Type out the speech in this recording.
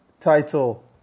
title